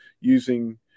using